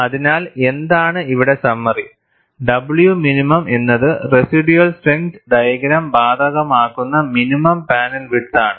അതിനാൽഎന്താണ് ഇവിടെ summary W minimum എന്നത് residual strength diagram ബാധകമാകുന്ന മിനിമം പാനൽ വിഡ്ത് ആണ്